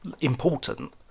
important